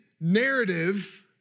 narrative